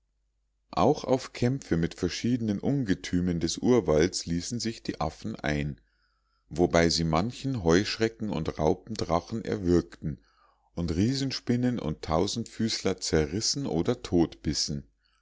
auch auf kämpfe mit den verschiedenen ungetümen des urwalds ließen sich die affen ein wobei sie manchen heuschrecken und raupendrachen erwürgten und riesenspinnen und tausendfüßler zerrissen oder